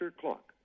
Clock